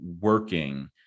working